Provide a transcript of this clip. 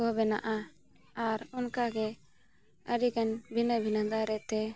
ᱠᱚ ᱵᱮᱱᱟᱜᱼᱟ ᱟᱨ ᱚᱱᱠᱟ ᱜᱮ ᱟᱹᱰᱤᱜᱟᱱ ᱵᱷᱤᱱᱟᱹᱼᱵᱷᱤᱱᱟᱹ ᱫᱟᱨᱮ ᱛᱮ